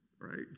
right